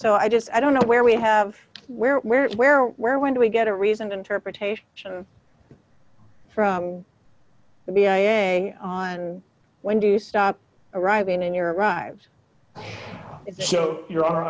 so i just i don't know where we have where where where where when do we get a reasoned interpretation from the i a e a on when do you stop arriving in your arrives it's show your